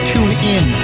TuneIn